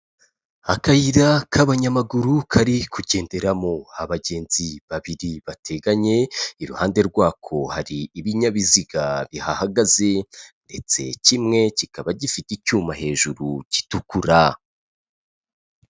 Akayira k'abanyamaguru kari kugenderamo abagenzi babiri bateganye, iruhande rwako hari ibinyabiziga bihahagaze ndetse kimwe kikaba gifite icyuma hejuru gitukura.